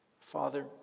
Father